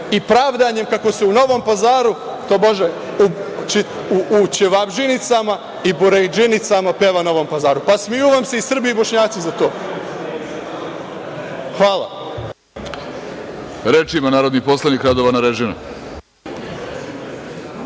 i pravdanjem kako se u Novom Pazaru, tobože u ćevabdžinicama i burekdžinicima peva u Novom Pazaru. Pa smeju vam se i Srbi i Bošnjaci za to. Hvala.